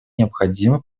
необходимый